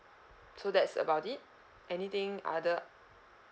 so that's about it anything other